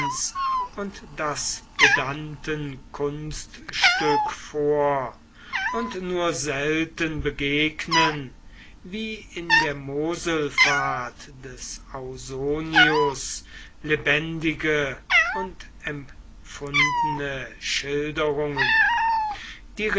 und das pedantenkunststück vor und nur selten begegnen wie in der moselfahrt des ausonius lebendige und empfundene schilderungen